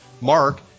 Mark